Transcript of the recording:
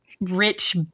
rich